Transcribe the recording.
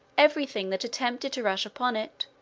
every thing that attempted to rush upon it,